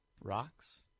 rocks